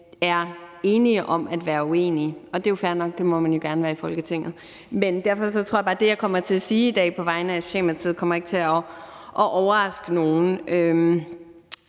set enige om at være uenige, og det er jo fair nok, for det må man gerne være i Folketinget. Så derfor tror jeg bare, at det, jeg kommer til at sige i dag på vegne af Socialdemokratiet, ikke kommer til at overraske nogen.